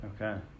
Okay